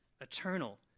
eternal